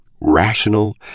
rational